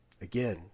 Again